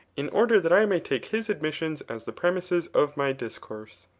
in order that i may take his admissions as the premisses of my discourse.